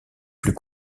plus